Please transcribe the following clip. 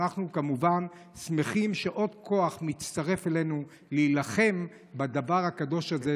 ואנחנו כמובן שמחים שעוד כוח מצטרף אלינו להילחם על הדבר הקדוש הזה,